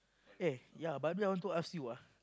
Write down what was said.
eh ya by the way I want to ask you ah